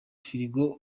firigo